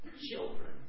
children